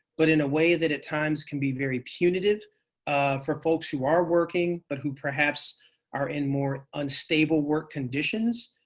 but in a way that at times can be very punitive for folks who are working but who perhaps are in more unstable work conditions.